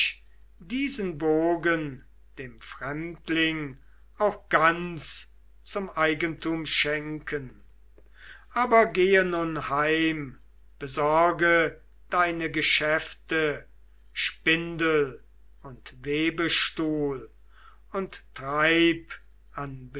diesen bogen dem fremdling auch ganz zum eigentum schenken aber gehe nun heim besorge deine geschäfte spindel und webestuhl und treib an